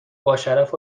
باشرف